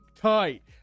tight